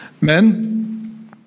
Men